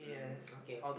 mm okay okay